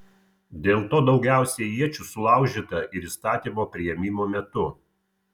dėl to daugiausiai iečių sulaužyta ir įstatymo priėmimo metu